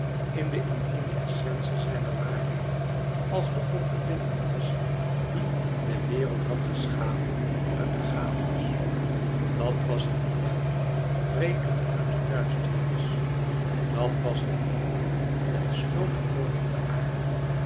in de in time essence zijner waarheid als de god te vinden was die de wereld had geschapen uit den chaos dat was het licht brekende uit de duisternis dat was de hemel ontsloten boven de aarde